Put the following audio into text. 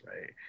right